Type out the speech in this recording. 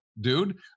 Dude